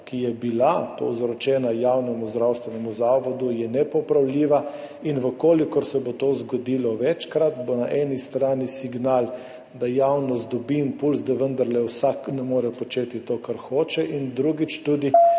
ki je bila povzročena javnemu zdravstvenemu zavodu, je nepopravljiva. Če se bo to zgodilo večkrat, bo na eni strani signal, da javnost dobi impulz, da vendarle vsak ne more početi tega, kar hoče, in drugič, tudi